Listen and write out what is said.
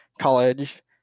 college